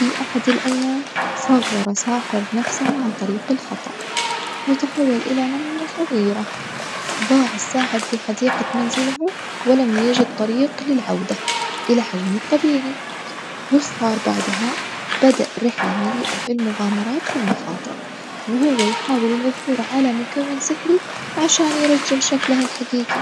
في أحد الأيام صغر ساحر نفسه عن طريق الخطأ وتحول إلى نملة صغيرة، ضاع الساحر في حديقة منزله ولم يجد طريق للعودة إلى حجمه الطبيعي, ويش صار بعدها؟ بدأ رحلة مليئة بالمغامرات والمخاطر وهو يحاول العثور على مكون سحري عشان يرجع شكله الحجيجي.